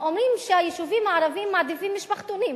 אומרים שהיישובים הערביים מעדיפים משפחתונים.